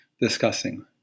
discussing